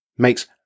makes